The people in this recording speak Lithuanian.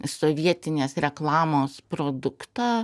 sovietinės reklamos produktą